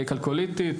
כלקוליתית,